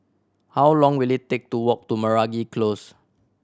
how long will it take to walk to Meragi Close